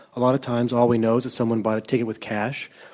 a lot of times all we know is that someone bought a ticket with cash,